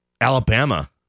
Alabama